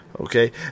okay